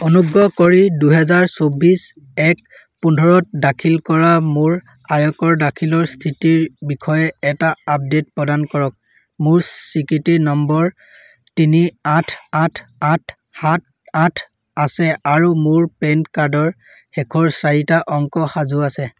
অনুগ্ৰহ কৰি দুহেজাৰ চৌবিছ এক পোন্ধৰত দাখিল কৰা মোৰ আয়কৰ দাখিলৰ স্থিতিৰ বিষয়ে এটা আপডেট প্ৰদান কৰক মোৰ স্বীকৃতি নম্বৰ তিনি আঠ আঠ আঠ সাত আঠ আছে আৰু মোৰ পেন কাৰ্ডৰ শেষৰ চাৰিটা অংক সাজু আছে